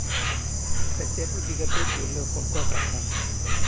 ᱥᱮᱪᱮᱫ ᱤᱫᱤ ᱠᱟᱛᱮ ᱛᱤᱨᱞᱟᱹ ᱦᱚᱯᱚᱱ ᱠᱚᱣᱟᱜ ᱠᱟᱛᱷᱟ